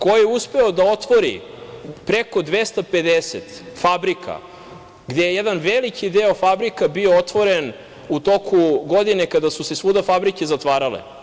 Ko je uspeo da otvori preko 250 fabrika gde je jedan veliki deo fabrika bio otvoren u toku godine kada su se svuda fabrike zatvarale?